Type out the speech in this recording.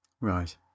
Right